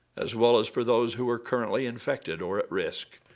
as well as for those who are currently infected or at risk.